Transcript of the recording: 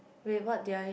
wait what did I